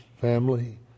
family